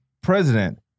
president